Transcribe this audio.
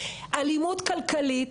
אלימות כלכלית,